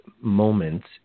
moments